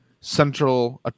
central